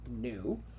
New